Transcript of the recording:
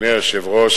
אדוני היושב-ראש,